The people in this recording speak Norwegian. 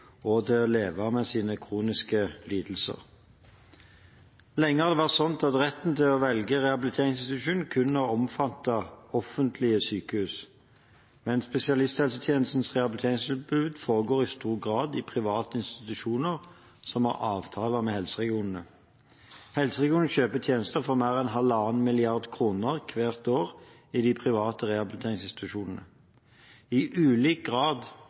og til å leve med sin kroniske lidelse. Lenge har det vært slik at retten til å velge rehabiliteringsinstitusjon kun har omfattet offentlige sykehus. Men spesialisthelsetjenestens rehabiliteringstilbud foregår i stor grad i private institusjoner som har avtale med helseregionene. Helseregionene kjøper tjenester for mer enn halvannen milliard kroner hvert år i de private rehabiliteringsinstitusjonene. I ulik grad